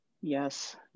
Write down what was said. Yes